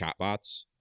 chatbots